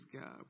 God